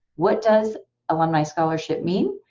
what does alumni scholarship mean?